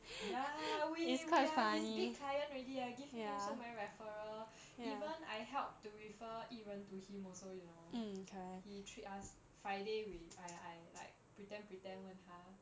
ya we we are his big client already eh give him so many referrals even I help to refer yi ren to him also you know he treat us friday we I I pretend pretend 问他